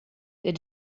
der